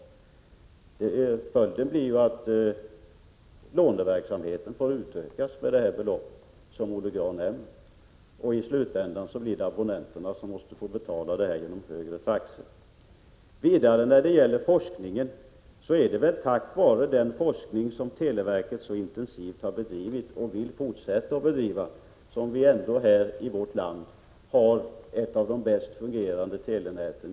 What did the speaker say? Följden blir ju att låneverksamheten måste utökas med det belopp som Olle Grahn nämner. I slutändan blir det abonnenterna som får betala det hela genom högre taxor. Så till forskningen. Det är väl ändå tack vare den forskning som televerket så intensivt har bedrivit, och vill fortsätta att bedriva, som Sverige är ett av de länder i världen som har det bäst fungerande telenätet.